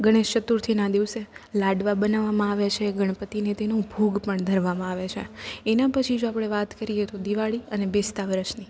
ગણેશ ચતુર્થીના દિવસે લાડવા બનાવવામાં આવે છે ગણપતિને તેનો ભોગ પણ ધરવામાં આવે છે એના પછી જો આપણે વાત કરીએ તો દિવાળી અને બેસતા વરસની